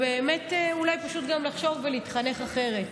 באמת אולי פשוט גם לחזור ולהתחנך אחרת.